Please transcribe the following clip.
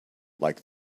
like